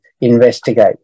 investigate